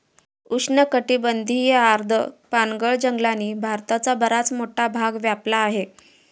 उष्णकटिबंधीय आर्द्र पानगळ जंगलांनी भारताचा बराच मोठा भाग व्यापला आहे